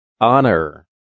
Honor